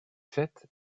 fêtes